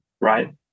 right